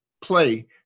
play